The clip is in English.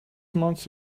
months